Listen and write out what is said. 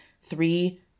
three